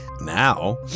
Now